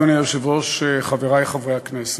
אדוני היושב-ראש, חברי חברי הכנסת,